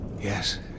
Yes